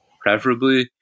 preferably